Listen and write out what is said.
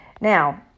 Now